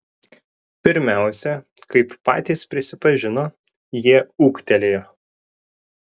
pirmiausia kaip patys prisipažino jie ūgtelėjo